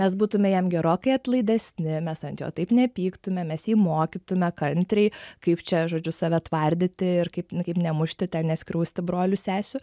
mes būtume jam gerokai atlaidesni mes ant jo taip nepyktumėm mes jį mokytume kantriai kaip čia žodžiu save tvardyti ir kaip nemušti ten neskriausti brolių sesių